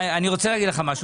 אני רוצה להגיד לך משהו,